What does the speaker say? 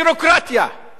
שכונה שלמה.